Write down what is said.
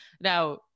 Now